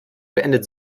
beendet